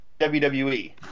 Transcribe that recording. WWE